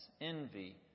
envy